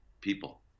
people